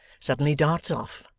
suddenly darts off,